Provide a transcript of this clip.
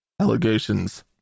allegations